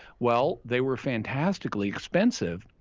well, they were fantastically expensive.